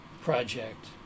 project